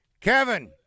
Kevin